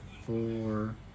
four